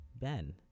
Ben